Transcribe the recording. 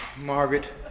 Margaret